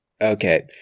okay